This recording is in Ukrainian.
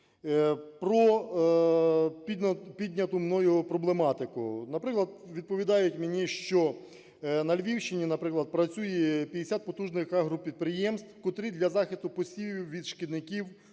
про підняту мною проблематику. Наприклад, відповідають мені, що на Львівщині, наприклад, працює 50 потужних агропідприємств, котрі для захисту посівів від шкідників,